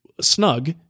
snug